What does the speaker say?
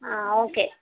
okay